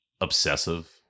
obsessive